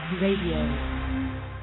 Radio